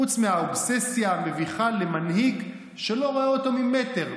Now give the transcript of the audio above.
חוץ מהאובססיה המביכה למנהיג שלא רואה אותו ממטר,